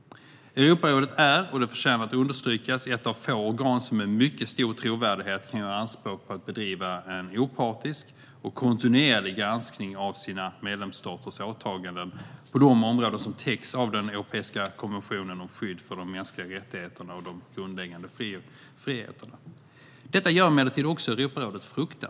Europarådet är - och det förtjänar att understrykas - ett av få organ som med mycket stor trovärdighet kan göra anspråk på att bedriva en opartisk och kontinuerlig granskning av sina medlemsstaters åtaganden på de områden som täcks av den europeiska konventionen om skydd för de mänskliga rättigheterna och de grundläggande friheterna. Detta gör emellertid också Europarådet fruktat.